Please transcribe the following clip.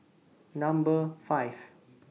Number five